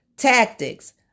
tactics